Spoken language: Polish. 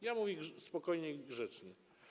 Ja mówię spokojnie i grzecznie.